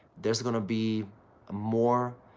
there's going to be a more